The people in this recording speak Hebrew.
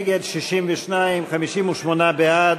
נגד, 62, 58 בעד.